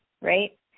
right